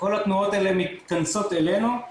וכל התנועות האלה מתכנסות אלינו,